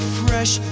fresh